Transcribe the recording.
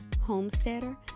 homesteader